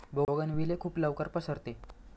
bougainvillea खूप लवकर पसरते